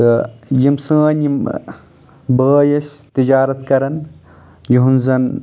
تہٕ یِم سٲنۍ یِم بٲے ٲسۍ تجارت کران یِہنٛز زن